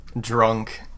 drunk